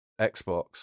Xbox